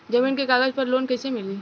जमीन के कागज पर लोन कइसे मिली?